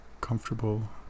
comfortable